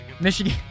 Michigan